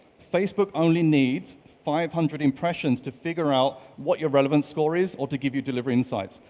facebook only needs five hundred impressions to figure out what your relevance score is or to give you delivery insights.